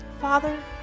father